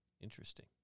Interesting